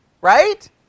right